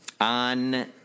on